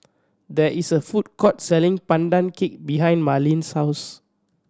there is a food court selling Pandan Cake behind Marleen's house